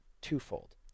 twofold